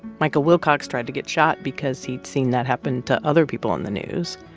michael wilcox tried to get shot because he'd seen that happen to other people on the news.